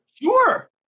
Sure